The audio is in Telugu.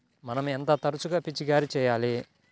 మనం ఎంత తరచుగా పిచికారీ చేయాలి?